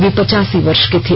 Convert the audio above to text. वे पचासी वर्ष के थे